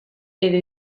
edo